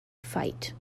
fight